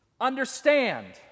Understand